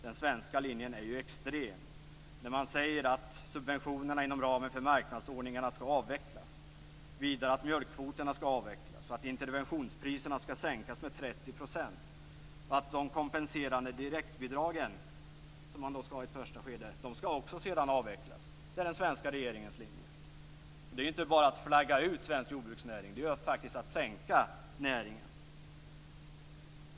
Den svenska linjen är ju extrem när man säger att subventionerna inom ramen för marknadsordningarna skall avvecklas. Vidare säger man att mjölkkvoterna skall avvecklas, att interventionspriserna skall sänkas med 30 % och att de kompenserande direktbidragen som man skall ha i ett första skede sedan också skall avvecklas. Det är den svenska regeringens linje. Det innebär inte bara att man flaggar ut svensk jordbruksnäring utan att man sänker näringen.